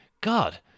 god